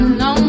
no